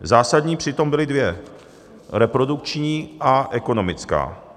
Zásadní přitom byly dvě: reprodukční a ekonomická.